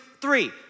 three